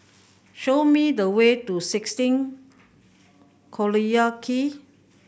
show me the way to sixteen Collyer Quay